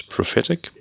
Prophetic